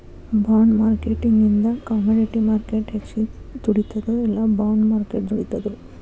ಬಾಂಡ್ಮಾರ್ಕೆಟಿಂಗಿಂದಾ commodity market ಹೆಚ್ಗಿ ದುಡಿತದೊ ಇಲ್ಲಾ ಬಾಂಡ್ ಮಾರ್ಕೆಟ್ ದುಡಿತದೊ?